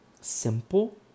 simple